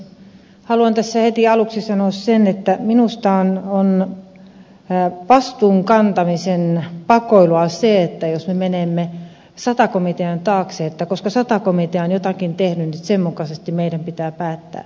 haluan tässä heti aluksi sanoa sen että minusta on vastuun kantamisen pakoilua se jos me menemme sata komitean taakse että koska sata komitea on jotakin tehnyt niin sen mukaisesti meidän pitää päättää